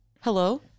Hello